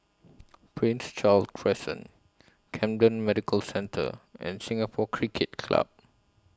Prince Charles Crescent Camden Medical Centre and Singapore Cricket Club